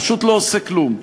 פשוט לא עושה כלום.